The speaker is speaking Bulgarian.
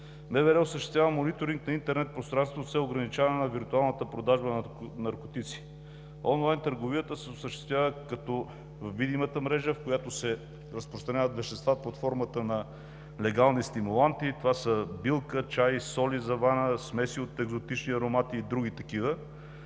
осъществява мониторинг на интернет пространството с цел ограничаване на виртуалната продажба на наркотици. Онлайн търговията се осъществява както във видимата мрежа, в която се разпространяват вещества под формата на легални стимуланти – билка, чай, соли за вана, смеси от екзотични аромати и други такива,